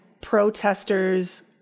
protesters